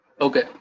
Okay